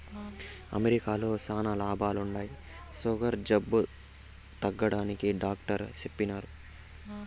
అరికెలతో శానా లాభాలుండాయి, సుగర్ జబ్బు తగ్గుతాదని డాట్టరు చెప్పిన్నారు